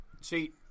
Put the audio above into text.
See